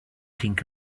think